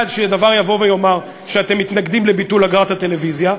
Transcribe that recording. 1. אתם מתנגדים לביטול אגרת הטלוויזיה,